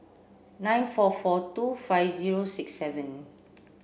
nine four four two five zero six seven